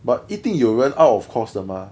but 一定有人 out of course 的吗